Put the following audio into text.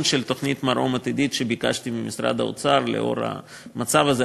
של תוכנית "מרום" עתידית שביקשתי ממשרד האוצר לנוכח המצב הזה.